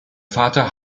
vater